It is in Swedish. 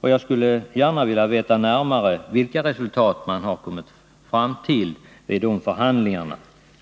Jag skulle gärna vilja veta närmare vilka resultat man kommit fram till vid de förhandlingarna.